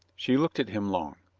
she looked at him long.